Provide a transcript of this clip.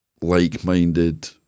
like-minded